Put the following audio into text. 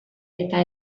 eta